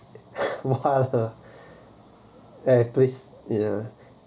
one ah place ya